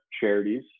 charities